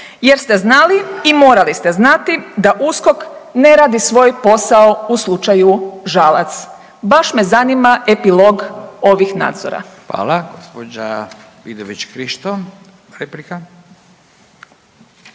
jer ste znali i morali ste znati da USKOK ne radi svoj posao u slučaju Žalac. Baš me zanima epilog ovih nadzora. **Radin, Furio (Nezavisni)** Hvala.